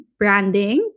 branding